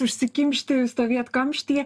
užsikimšti stovėt kamštyje